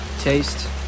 taste